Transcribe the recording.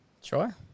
Sure